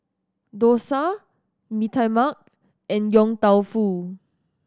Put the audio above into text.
dosa Mee Tai Mak and Yong Tau Foo